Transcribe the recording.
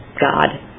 god